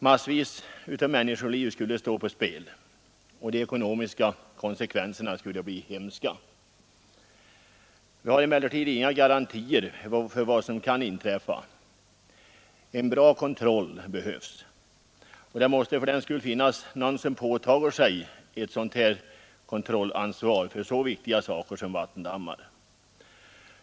Massvis av människoliv skulle ha stått på spel och de ekonomiska konsekvenserna skulle ha blivit hemska. Vi har emellertid inga garantier för vad som kan inträffa. En bra kontroll behövs. Det måste fördenskull finnas någon som påtar sig ett kontrollansvar för så viktiga saker som vattendammar.